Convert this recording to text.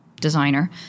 designer